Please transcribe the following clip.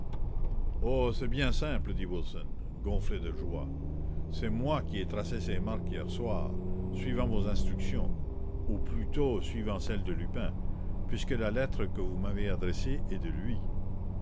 ohl c'est bien simple dit wilson gonflé de joie c'est moi qui ai tracé ces marques hier suivant vos instructions ou plutôt suivant celles de lupin puisque la lettre que vous m'avez adressée est de lui